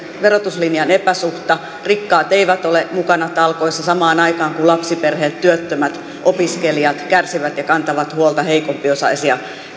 verotuslinjan epäsuhta rikkaat eivät ole mukana talkoissa samaan aikaan kun lapsiperheet työttömät opiskelijat kärsivät ja kantavat huolta heikompiosaisia